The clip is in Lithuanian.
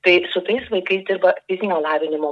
tai su tais vaikais dirba fizinio lavinimo